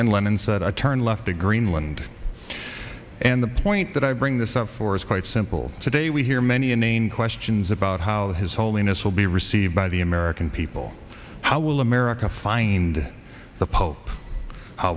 and lennon said i turn left to greenland and the point that i bring this up for is quite simple today we hear many inane questions about how his holiness will be received by the american people how will america find the pope